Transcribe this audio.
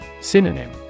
Synonym